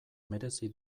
merezi